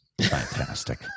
fantastic